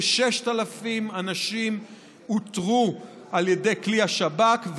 כ-6,000 אנשים אותרו על ידי כלי השב"כ,